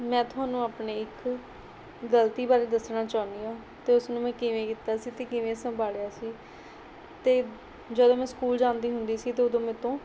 ਮੈਂ ਤੁਹਾਨੂੰ ਆਪਣੀ ਇੱਕ ਗਲਤੀ ਬਾਰੇ ਦੱਸਣਾ ਚਾਹੁੰਦੀ ਹਾਂ ਅਤੇ ਉਸਨੂੰ ਮੈਂ ਕਿਵੇਂ ਕੀਤਾ ਸੀ ਅਤੇ ਕਿਵੇਂ ਸੰਭਾਲਿਆ ਸੀ ਅਤੇ ਜਦੋਂ ਮੈਂ ਸਕੂਲ ਜਾਂਦੀ ਹੁੰਦੀ ਸੀ ਅਤੇ ਉਦੋਂ ਮੇਰੇ ਤੋਂ